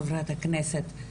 חה"כ.